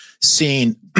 seen